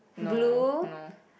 no no